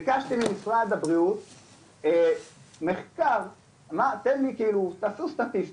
ביקשתי ממשרד הבריאות את הסטטיסטיקה לגבי כמה